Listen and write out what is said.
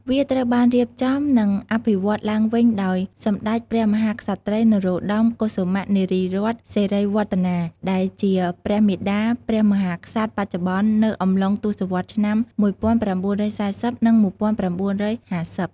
វាត្រូវបានរៀបចំ និងអភិវឌ្ឍន៍ឡើងវិញដោយ សម្តេចព្រះមហាក្សត្រី នរោត្តម កុសុមៈ នារីរ័ត្ន សិរីវឌ្ឍនា ដែលជា ព្រះមាតាព្រះមហាក្សត្របច្ចុប្បន្ន នៅអំឡុងទសវត្សរ៍ឆ្នាំ ១៩៤០ និង ១៩៥០។